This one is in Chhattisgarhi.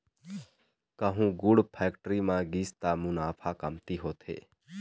कहूँ गुड़ फेक्टरी म गिस त मुनाफा कमती होथे